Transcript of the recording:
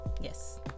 Yes